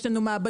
יש לנו מעבדות,